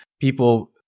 people